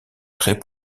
très